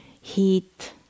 heat